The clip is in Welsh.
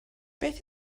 beth